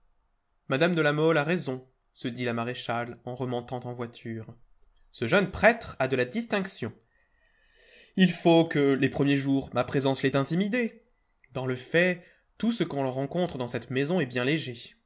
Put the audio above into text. mme de la mole a raison se dit la maréchale en remontant en voiture ce jeune prêtre a de la distinction il faut que les premiers jours ma présence l'ait intimidé dans le fait tout ce que l'on rencontre dans cette maison est bien léger